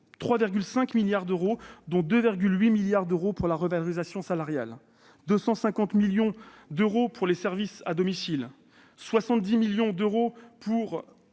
3,5 milliards d'euros, dont 2,8 milliards d'euros de revalorisations salariales, 250 millions d'euros pour les services à domicile, 70 millions d'euros pour